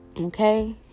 Okay